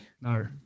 No